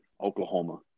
Oklahoma